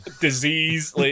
disease